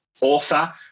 author